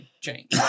change